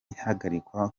ihagarikwa